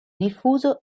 diffuso